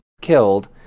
killed